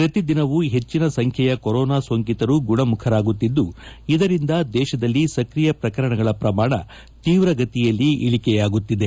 ಪ್ರತಿದಿನವೂ ಹೆಚ್ಚಿನ ಸಂಖ್ಯೆಯ ಕೊರೋನಾ ಸೋಂಕಿತರು ಗುಣಮುಖರಾಗುತ್ತಿದ್ದು ಇದರಿಂದ ದೇಶದಲ್ಲಿ ಸಕ್ರಿಯ ಪ್ರಕರಣಗಳ ಪ್ರಮಾಣ ತೀವ್ರ ಗತಿಯಲ್ಲಿ ಇಳಿಕೆಯಾಗುತ್ತಿದೆ